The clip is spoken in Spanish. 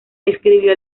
escribió